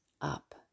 up